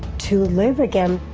to live again.